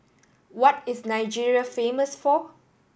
what is Nigeria famous for